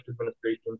administration